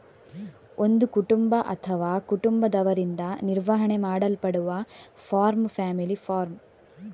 ಒಂದು ಕುಟುಂಬ ಅಥವಾ ಕುಟುಂಬದವರಿಂದ ನಿರ್ವಹಣೆ ಮಾಡಲ್ಪಡುವ ಫಾರ್ಮ್ ಫ್ಯಾಮಿಲಿ ಫಾರ್ಮ್